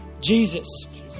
Jesus